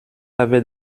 avait